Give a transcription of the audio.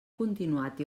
continuat